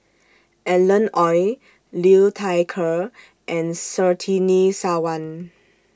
Alan Oei Liu Thai Ker and Surtini Sarwan